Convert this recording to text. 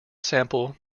sample